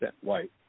white